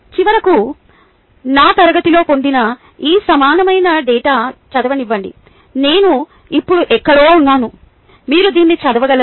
చివరకు నా తరగతిలో పొందిన ఈ సమానమైన డేటాను చదవనివ్వండి నేను ఇప్పుడు ఎక్కడో ఉన్నాను మీరు దీన్ని చదవగలరు